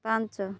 ପାଞ୍ଚ